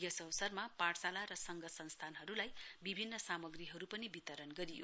यस अवसरमा पाठशाला संघ संश्थाहरूलाई विभिन्न सामग्रीहरू पनि वितरण गरियो